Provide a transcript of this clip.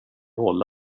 roll